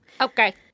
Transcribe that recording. Okay